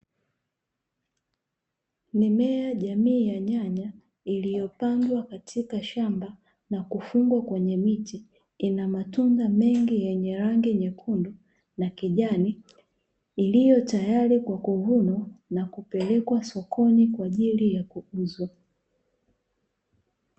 Mimea jamii ya nyanya iliyopandwa katika shamba na kufungwa kwenye miti, ina matunda mengi yenye rangi nyekundu na kijani, iliyo tayari kwa kuvunwa na kupelekwa sokoni kwa ajili ya kuuzwa.